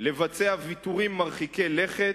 לבצע ויתורים מרחיקי לכת,